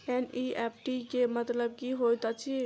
NEFT केँ मतलब की होइत अछि?